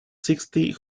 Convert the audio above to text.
sixty